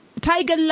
Tiger